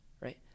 right